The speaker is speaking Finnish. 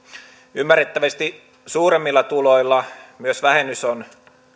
ymmärrettävästi suuremmilla tuloilla myös vähennys on